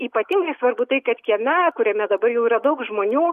ypatingai svarbu tai kad kieme kuriame dabar jau yra daug žmonių